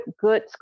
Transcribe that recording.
good